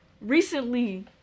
Recently